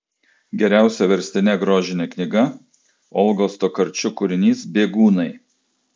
geriausia verstine grožine knyga olgos tokarčuk kūrinys bėgūnai